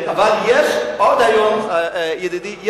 ידידי,